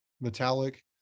metallic